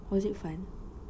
was it fun